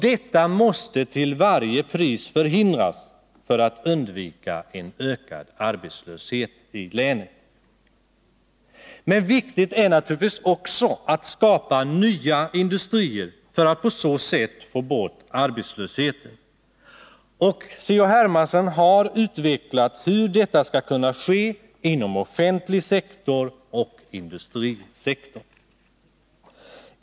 Detta måste till varje pris förhindras för att vi skall kunna undvika en ökad arbetslöshet i länet. Men viktigt är naturligtvis också att skapa nya industrier för att på så sätt få bort arbetslösheten. C.-H. Hermansson har här utvecklat hur detta skall kunna ske inom offentlig sektor och industrisektorn.